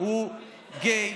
הוא גיי,